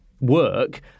work